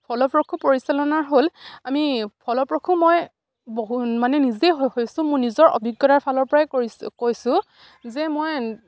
ফলপ্ৰসূ পৰিচালনা হ'ল আমি ফলপ্ৰসূ মই বহু মানে নিজেই হৈছোঁ মোৰ নিজৰ অভিজ্ঞতাৰ ফালৰ পৰাই কৈছোঁ যে মই